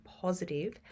positive